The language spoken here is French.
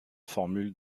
formule